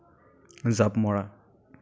জাঁপ মৰা